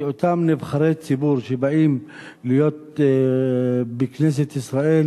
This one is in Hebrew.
שאותם נבחרי ציבור שבאים להיות בכנסת ישראל,